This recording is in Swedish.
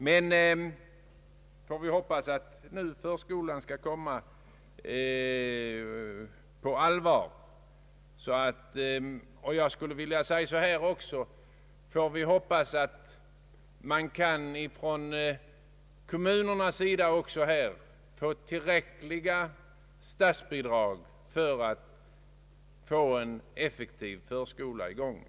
Kan vi hoppas att förskolan nu skall komma på allvar, och kan vi hoppas att kommunerna skall få tillräckliga statsbidrag för att få en effektiv förskola i gång?